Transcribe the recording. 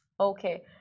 Okay